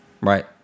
right